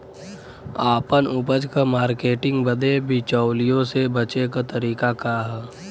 आपन उपज क मार्केटिंग बदे बिचौलियों से बचे क तरीका का ह?